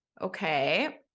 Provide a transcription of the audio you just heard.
okay